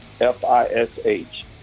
F-I-S-H